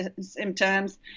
symptoms